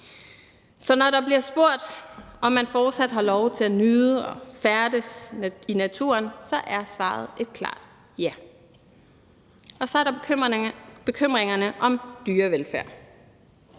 Så når der bliver spurgt, om man fortsat har lov til at nyde og færdes i naturen, er svaret et klart ja. Så er der bekymringerne om dyrevelfærden,